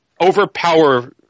overpower